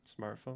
smartphone